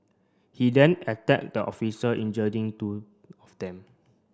he then attacked the officer injuring two of them